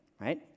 right